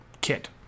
kit